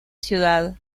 ciudad